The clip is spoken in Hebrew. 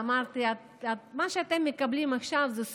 אמרתי, מה שאתם מקבלים עכשיו זו זכות,